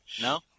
No